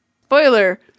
Spoiler